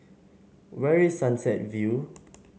where is Sunset View